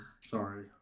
sorry